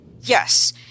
Yes